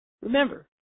Remember